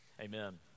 amen